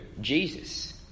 Jesus